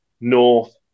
north